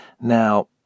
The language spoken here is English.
Now